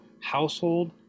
household